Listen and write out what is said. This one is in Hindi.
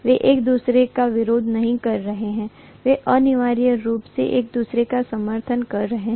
वे एक दूसरे का विरोध नहीं कर रहे हैं वे अनिवार्य रूप से एक दूसरे का समर्थन कर रहे हैं